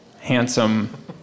handsome